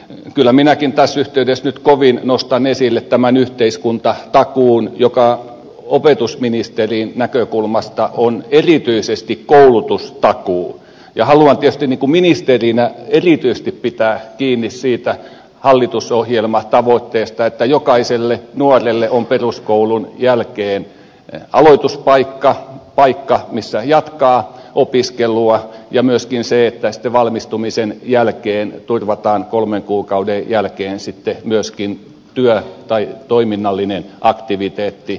kyllä minäkin tässä yh teydessä nyt kovin nostan esille tämän yhteiskuntatakuun joka opetusministerin näkökulmasta on erityisesti koulutustakuu ja haluan tietysti ministerinä erityisesti pitää kiinni siitä hallitusohjelmatavoitteesta että jokaiselle nuorelle on peruskoulun jälkeen aloituspaikka paikka missä jatkaa opiskelua ja myöskin siitä että sitten valmistumisen jälkeen turvataan työttömälle kolmen kuukauden sisällä myöskin työ tai toiminnallinen aktiviteetti